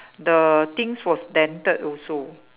the things was dented also